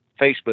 Facebook